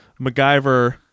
MacGyver